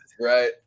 right